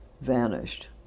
vanished